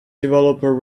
developer